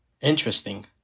Interesting